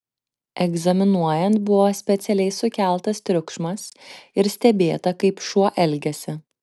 egzaminuojant buvo specialiai sukeltas triukšmas ir stebėta kaip šuo elgiasi